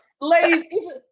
Ladies